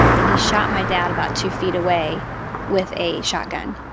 and he shot my dad about two feet away with a shotgun.